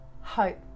hope